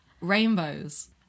rainbows